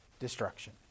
Destruction